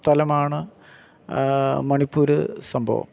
സ്ഥലമാണ് മണിപ്പൂർ സംഭവം